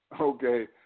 Okay